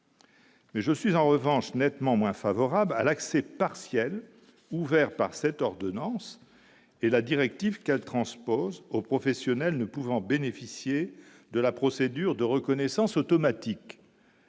Mais je suis en revanche nettement moins favorable à l'accès partiel ouvert par cette ordonnance et la directive qu'elle transpose au professionnels ne pouvant bénéficier de la procédure de reconnaissance automatique.